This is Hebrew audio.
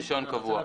רישיון קבוע.